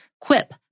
Quip